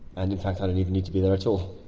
and in fact, i don't even need to be there at all.